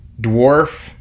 dwarf